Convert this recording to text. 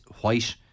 white